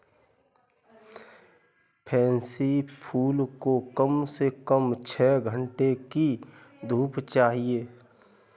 pansy फूल को कम से कम छह घण्टे की धूप चाहिए